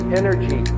energy